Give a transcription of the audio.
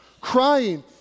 crying